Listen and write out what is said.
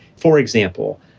for example,